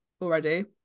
already